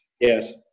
Yes